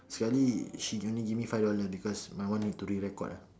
serkali she only give me five dollars because my one need to re-record ah